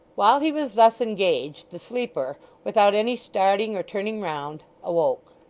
while he was thus engaged, the sleeper, without any starting or turning round, awoke.